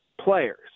players